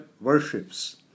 worships